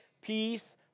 peace